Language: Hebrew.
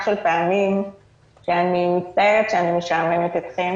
של פעמים שאני מצטערת שאני משעממת אתכם,